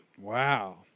Wow